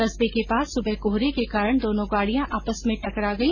कस्बे के पास सुबह कोहरे के कारण दोनों गाड़िया आपस में टकरा गई